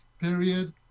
period